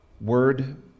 word